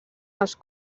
els